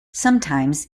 sometimes